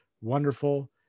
wonderful